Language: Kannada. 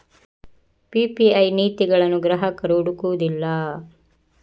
ಪಿ.ಪಿ.ಐ ನೀತಿಗಳನ್ನು ಗ್ರಾಹಕರು ಹುಡುಕುವುದಿಲ್ಲ